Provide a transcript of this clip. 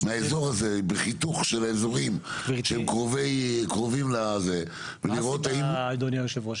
בחיתוך של אזורים שהם קרובים --- אדוני היושב-ראש,